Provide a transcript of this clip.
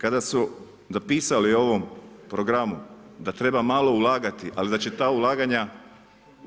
Kada su napisali ovom programu da treba malo ulagati ali da će ta ulaganja